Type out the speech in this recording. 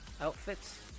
outfits